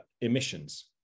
emissions